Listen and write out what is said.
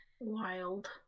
wild